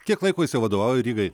kiek laiko jis jau vadovauja rygai